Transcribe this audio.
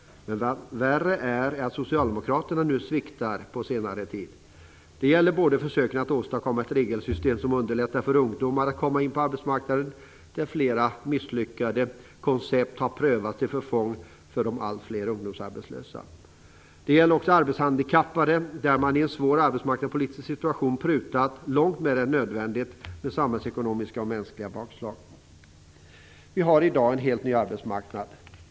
Men vad värre är att Socialdemokraterna nu sviktar på senare tid. Det gäller både försöken att åstadkomma ett regelsystem som underlättar för ungdomar att komma in på arbetsmarknaden, där flera misslyckade koncept har prövats till förfång för de allt fler ungdomsarbetslösa. Det gäller också arbetshandikappade, där man i en svår arbetsmarknadspolitisk situation prutat långt mer än nödvändigt, med samhällsekonomiska och mänskliga bakslag som följd. Vi har i dag en helt ny arbetsmarknad.